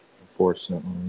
Unfortunately